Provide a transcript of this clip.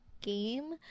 game